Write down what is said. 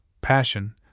passion